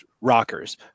rockers